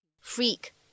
freak